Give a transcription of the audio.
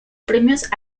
premios